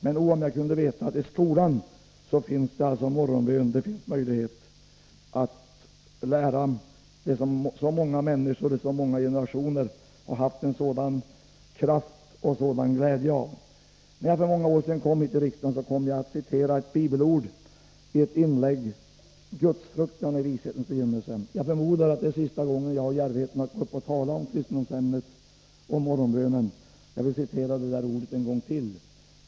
Men om jag ändå kunde veta att i skolan finns det morgonbön, att där finns det möjlighet att lära det som så många människor i så många generationer har haft en sådan kraft och glädje av skulle jag vara till freds. När jag för många år sedan kom hit till riksdagen kom jag att citera ett bibelord i ett inlägg: Gudsfruktan är vishetens begynnelse. Jag förmodar att det är sista gången jag har djärvheten att gå upp och tala om kristendomsämnet och morgonbönen, och därför vill jag återge det bibelordet en gång till.